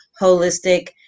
holistic